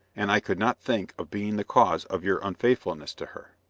and i could not think of being the cause of your unfaithfulness to her.